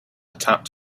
tapped